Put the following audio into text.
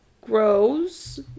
grows